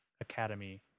academy